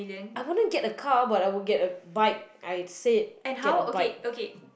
I wouldn't get a car but I would get a bike I said get a bike